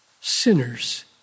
sinners